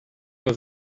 pas